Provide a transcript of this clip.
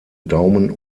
daumen